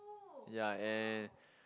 ya and